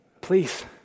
Please